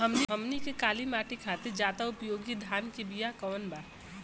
हमनी के काली माटी खातिर ज्यादा उपयोगी धान के बिया कवन बा?